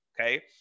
okay